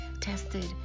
tested